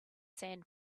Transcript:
sand